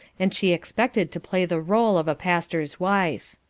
and she expected to play the role of a pastor's wife.